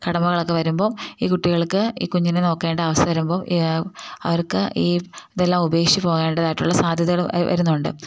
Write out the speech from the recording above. കടമകളൊക്കെ വരുമ്പോൾ ഈ കുട്ടികൾക്ക് ഈ കുഞ്ഞിനെ നോക്കേണ്ട അവസ്ഥ വരുമ്പോൾ അവർക്ക് ഈ ഇതെല്ലാം ഉപേക്ഷിച്ചു പോകേണ്ടതായിട്ടുള്ള സാധ്യതകൾ വരുന്നുണ്ട്